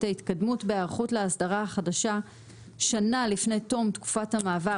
ההתקדמות בהיערכות להסדרה החדשה שנה לפני תום תקופת המעבר